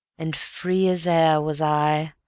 and free as air was i,